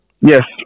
Yes